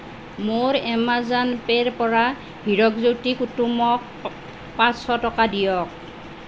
মোৰ এমেজন পে'ৰ পৰা হীৰাকজ্যোতি কুটুমক পাঁচশ টকা দিয়ক